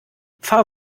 fahr